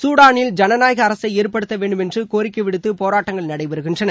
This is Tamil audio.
சூடானில் ஜனநாயக அரசை ஏற்படுத்த வேண்டும் என்று கோரிக்கை விடுத்து போராட்டங்கள் நடைபெறுகின்றன